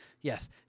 Yes